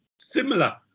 similar